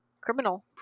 Criminal